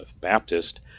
Baptist